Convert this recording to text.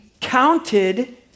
counted